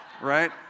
Right